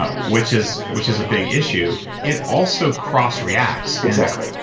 which is which is a big issue. it also cross reacts exactly,